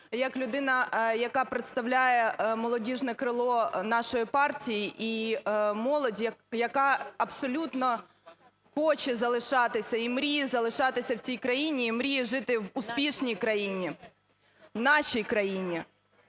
як людина, яка представляє молодіжне крило нашої партії і молоді, яка абсолютно хоче залишатися і мріє залишатися в цій країні і мріє жити в успішній країні, в нашій країні,